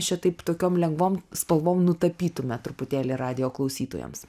šitaip tokiom lengvam spalvom nutapytume truputėlį radijo klausytojams